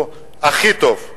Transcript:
הוא הכי טוב.